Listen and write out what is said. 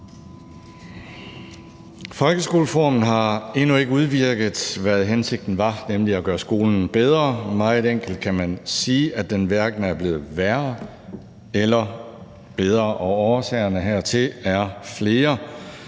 Folkeskolereformen har endnu ikke udvirket, hvad hensigten var, nemlig at gøre skolen bedre. Meget enkelt kan man sige, at den hverken er blevet værre eller bedre. Og årsagerne hertil er flere.